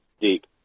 deep